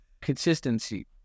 consistency